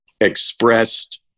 expressed